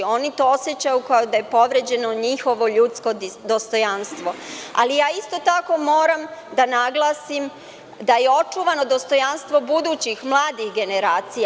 Oni to osećaju kao da je povređeno njihovo ljudsko dostojanstvo, ali ja isto tako moram da naglasim da je očuvano dostojanstvo budućih mladih generacija.